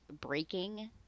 breaking